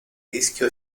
rischio